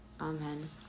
Amen